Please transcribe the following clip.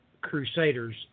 Crusaders